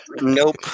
nope